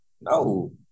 no